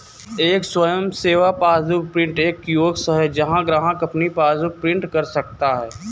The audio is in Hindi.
एक स्वयं सेवा पासबुक प्रिंटर एक कियोस्क है जहां ग्राहक अपनी पासबुक प्रिंट कर सकता है